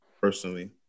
personally